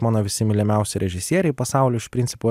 mano visi mylimiausi režisieriai pasaulio iš principo